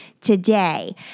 today